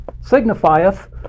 signifieth